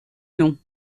long